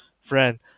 Friend